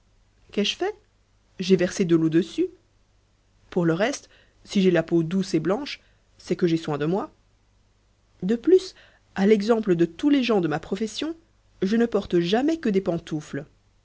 qu'ai-je fait j'ai versé de l'eau dessus pour le reste si j'ai la peau douce et blanche c'est que j'ai soin de moi de plus à l'exemple de tous les gens de ma profession je ne porte jamais que des pantoufles